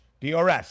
DRS